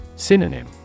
Synonym